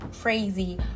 crazy